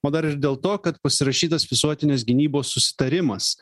o dar ir dėl to kad pasirašytas visuotinės gynybos susitarimas